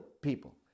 people